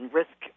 risk